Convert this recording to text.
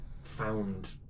found